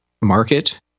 market